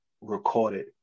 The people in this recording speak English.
recorded